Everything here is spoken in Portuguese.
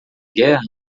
guerra